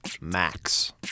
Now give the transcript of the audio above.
Max